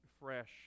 fresh